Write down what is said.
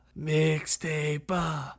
mixtape